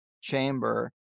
chamber